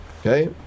Okay